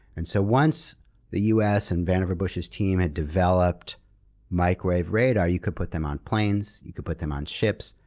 and so once the us, and vannevar bush's team had developed microwave radar, you could put them on planes, you could put them on ships,